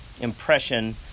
impression